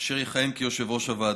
אשר יכהן כיושב-ראש הוועדה,